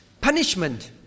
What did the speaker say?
punishment